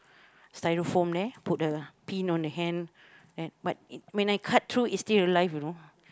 styrofoam there put a pin on the hand and but it when I cut through it's still alive you know